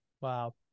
Wow